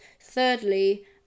thirdly